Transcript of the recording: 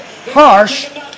harsh